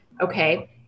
okay